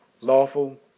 lawful